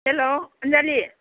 हेल' Anjali